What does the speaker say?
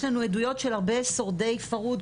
יש לנו עדויות של הרבה שורדי פרהוד,